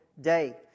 day